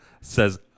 says